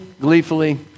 gleefully